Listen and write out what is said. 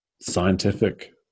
scientific